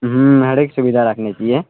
ह्म्म हरेक सुविधा रखने छियै